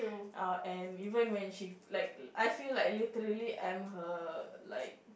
uh and even when she like I feel like I'm literally am her like